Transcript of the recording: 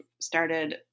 started